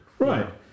Right